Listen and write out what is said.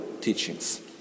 teachings